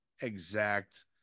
exact